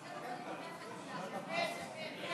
גברתי